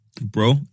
Bro